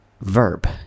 Verb